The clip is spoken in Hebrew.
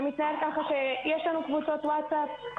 זה מתנהל ככה שיש לנו קבוצות וואטסאפ,